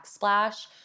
backsplash